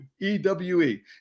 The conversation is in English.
E-W-E